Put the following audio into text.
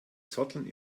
zotteln